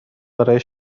برای